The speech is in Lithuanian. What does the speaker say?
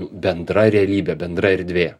bendra realybė bendra erdvė